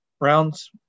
rounds